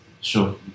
sure